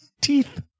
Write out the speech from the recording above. Teeth